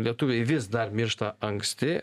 lietuviai vis dar miršta anksti